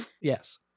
Yes